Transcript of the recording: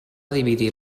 dividir